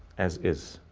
as is.